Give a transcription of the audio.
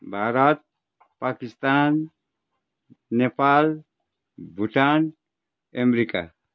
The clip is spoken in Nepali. भारत पाकिस्तान नेपाल भुटान अमेरिका